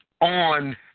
on